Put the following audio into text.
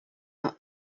not